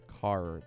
Car